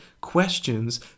questions